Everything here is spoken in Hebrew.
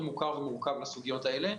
יוכלו לבצע את תפקידם בצורה ראויה,